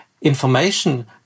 information